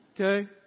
Okay